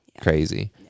crazy